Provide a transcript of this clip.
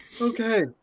Okay